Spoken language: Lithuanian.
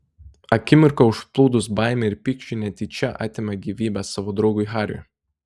akimirką užplūdus baimei ir pykčiui netyčia atėmė gyvybę savo draugui hariui